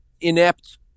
inept